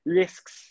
risks